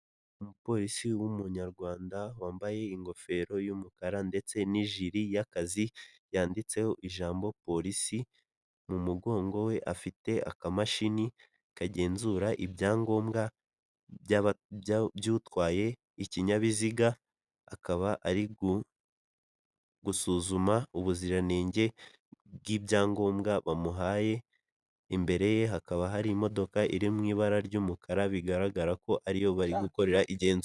Umupolisi w'umunyarwanda wambaye ingofero y'umukara ndetse n'ijiri y'akazi yanditseho ijambo polisi mu mugongo we afite akamashini kagenzura ibyangombwa by'utwaye ikinyabiziga akaba ari gusuzuma ubuziranenge bw'ibyangombwa bamuhaye imbere ye hakaba hari imodoka iriw' ibara ry'umukara bigaragara ko ariyo bari gukorera igenzura.